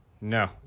No